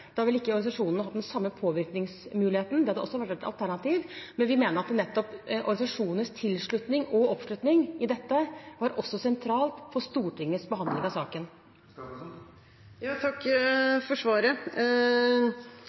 da ville ikke organisasjonene hatt den samme påvirkningsmuligheten. Det hadde vært et alternativ, men vi mener at nettopp organisasjonenes tilslutning til og oppslutning om dette var sentralt for Stortingets behandling av saken. Takk for svaret.